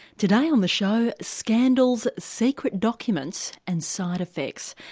today on the show scandals, secret documents and side effects.